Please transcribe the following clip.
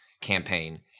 campaign